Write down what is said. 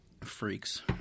Freaks